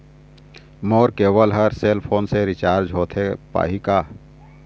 मोर cable हर cell phone से recharge होथे पाही का?